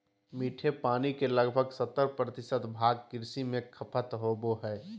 मीठे पानी के लगभग सत्तर प्रतिशत भाग कृषि में खपत होबो हइ